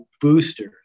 boosters